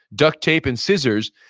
duct tape and scissors.